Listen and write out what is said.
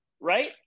right